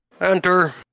Enter